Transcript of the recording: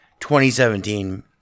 2017